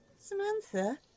Samantha